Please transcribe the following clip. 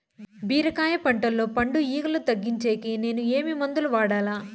బీరకాయ పంటల్లో పండు ఈగలు తగ్గించేకి నేను ఏమి మందులు వాడాలా?